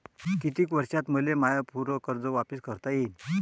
कितीक वर्षात मले माय पूर कर्ज वापिस करता येईन?